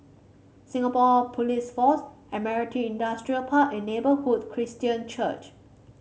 Singapore Police Force Admiralty Industrial Park and Neighbourhood Christian Church